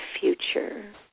future